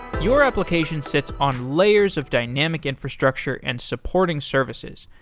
your application sits on layers of dynamic infrastructure and supporting services.